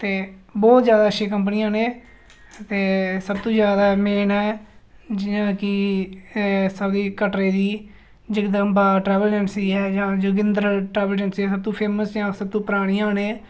ते बहुत जैदा अच्छियां कंपनियां न एह् ते सबतूं जैदा मेन ऐ ते जि'यां की कटरै दी जगदम्बा ट्रैवल एजेंसी ऐ जां जोगिंदर ट्रैवल एजेंसी सबतूं फेमस ते जां सब तू परानियां न एह्